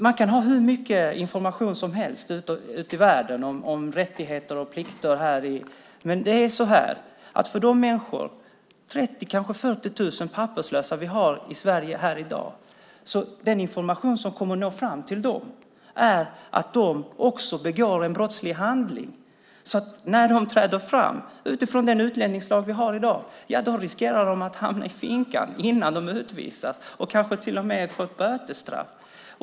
Man kan ha hur mycket information som helst ute i världen om rättigheter och plikter. Men den information som kommer att nå fram till de 30 000, kanske 40 000, papperslösa vi har i Sverige i dag är att de också begår en brottslig handling. När de träder fram riskerar de utifrån den utlänningslag vi har i dag att hamna i finkan innan de utvisas och kanske till och med få ett bötesstraff.